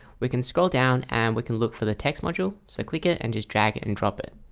we can scroll down and we can look for the text module so click it and just drag it and drop it.